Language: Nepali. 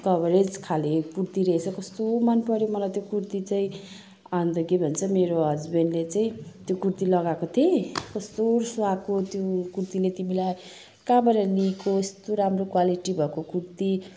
कभरेज खाले कुर्ती रहेछ कस्तो मन पऱ्यो मलाई त्यो कुर्ती चाहिँ अन्त के भन्छ मेरो हस्बेन्डले चाहिँ त्यो कुर्ती लगाएको थिएँ कस्तो सुहाएको त्यो कुर्तीले तिमीलाई कहाँबाट लिएको यस्तो राम्रो क्वालिटी भएको कुर्ती